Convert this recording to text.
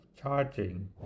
charging